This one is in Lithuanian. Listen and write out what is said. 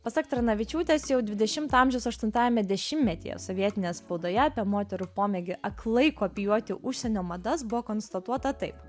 pasak tranavičiūtės jau dvidešimto amžiaus aštuntajame dešimtmetyje sovietinėje spaudoje apie moterų pomėgį aklai kopijuoti užsienio madas buvo konstatuota taip